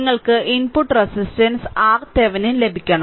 നിങ്ങൾക്ക് input resistance RThevenin ലഭിക്കണം